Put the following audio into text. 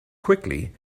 quickly